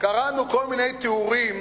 קראנו כל מיני תיאורים